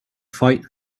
fight